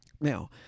Now